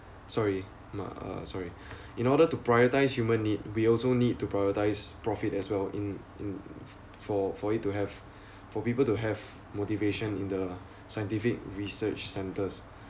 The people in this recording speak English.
sorry ma~ uh sorry in order to prioritise human need we also need to prioritise profit as well in in for for it to have for people to have motivation in the scientific research centres